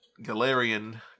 Galarian